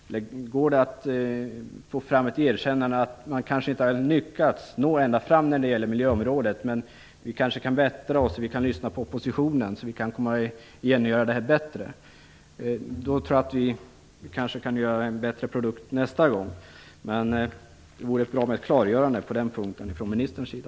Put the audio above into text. Kanske går det att få fram ett erkännande att man inte har lyckats nå ända fram på miljöområdet, men att man kanske kan bättra sig, lyssna på oppositionen, komma igen och göra det bättre. Då kanske vi kan göra en bättre produkt nästa gång. Det vore bra med ett klargörande från ministerns sida.